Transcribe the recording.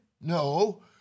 No